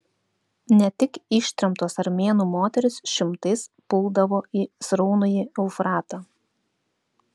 ne tik ištremtos armėnų moterys šimtais puldavo į sraunųjį eufratą